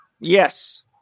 Yes